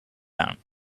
down